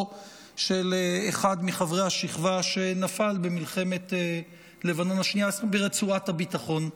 של אחד מחברי השכבה שנפל במלחמת לבנון השנייה ברצועת הביטחון,